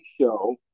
show